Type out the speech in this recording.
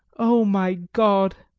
oh my god!